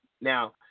Now